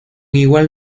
igual